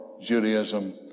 Judaism